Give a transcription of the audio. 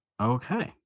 okay